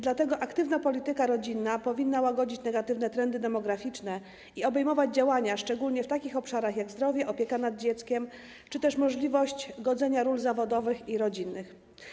Dlatego aktywna polityka rodzinna powinna łagodzić negatywne trendy demograficzne i obejmować działania szczególnie w takich obszarach jak zdrowie, opieka nad dzieckiem czy też możliwość godzenia ról zawodowych i rodzinnych.